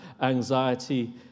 anxiety